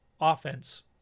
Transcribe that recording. offense